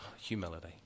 humility